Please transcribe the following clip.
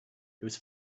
was